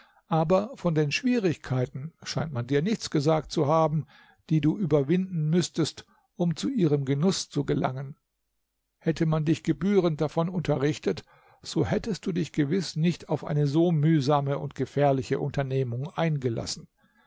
aber von den schwierigkeiten scheint man dir nichts gesagt zu haben die du überwinden müßtest um zu ihrem genuß zu gelangen hätte man dich gebührend davon unterrichtet so hättest du dich gewiß nicht auf eine so mühsame und gefährliche unternehmung eingelassen